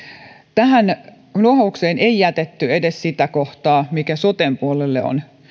nuohoukseen ei jätetty edes sitä kohtaa mikä soten puolelle on